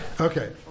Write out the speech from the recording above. Okay